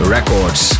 Records